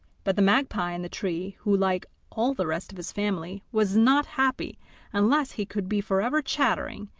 but the magpie in the tree, who, like all the rest of his family, was not happy unless he could be for ever chattering,